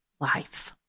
life